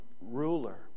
ruler